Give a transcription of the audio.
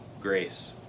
grace